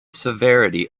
severity